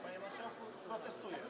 Panie marszałku, protestuję.